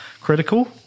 critical